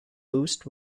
boost